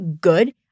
good